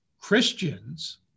Christians